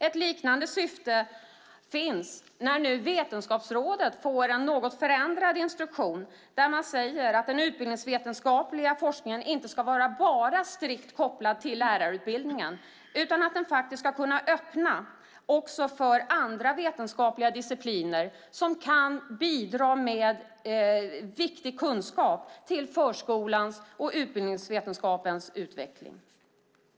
Ett liknande syfte finns när nu Vetenskapsrådet får en något förändrad instruktion, där man säger att den utbildningsvetenskapliga forskningen inte bara ska vara strikt kopplad till lärarutbildningen, utan den ska faktiskt också kunna öppna för andra vetenskapliga discipliner som kan bidra med viktig kunskap till förskolans och utbildningsvetenskapens utveckling.